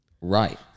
Right